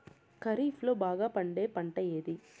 ఖరీఫ్ లో బాగా పండే పంట ఏది?